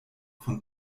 von